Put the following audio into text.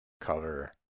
cover